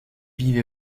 vive